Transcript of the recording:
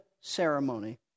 ceremony